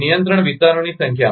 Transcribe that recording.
નિયંત્રણ વિસ્તારોની સંખ્યામાં